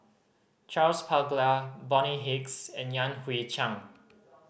Charles Paglar Bonny Hicks and Yan Hui Chang